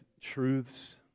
truths